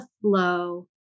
flow